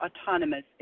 autonomous